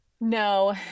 no